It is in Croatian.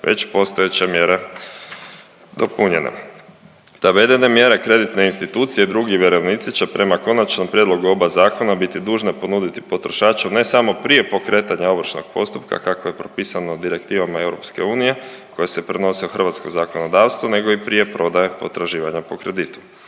već postojeće mjere dopunjene. Navedene mjere kreditne institucije i drugi vjerovnici će prema Konačnom prijedlogu oba zakona biti dužne ponuditi potrošaču ne samo prije pokretanja ovršnog postupka, kako je propisano Direktivom EU koje se prenose u hrvatsko zakonodavstvo, nego i prije prodaje potraživanja po kreditu.